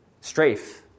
strafe